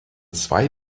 zwei